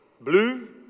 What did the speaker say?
blue